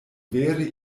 vere